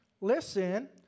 listen